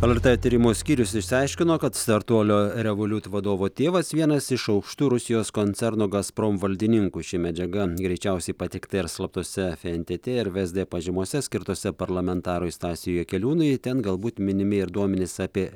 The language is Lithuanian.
lrt tyrimų skyrius išsiaiškino kad startuolio revoliut vadovo tėvas vienas iš aukštų rusijos koncerno gazprom valdininkų ši medžiaga greičiausiai pateikta ir slaptose fntt ar vsd pažymose skirtose parlamentarui stasiui jakeliūnui ten galbūt minimi ir duomenys apie